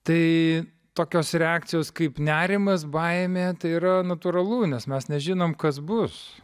tai tokios reakcijos kaip nerimas baimė tai yra natūralu nes mes nežinom kas bus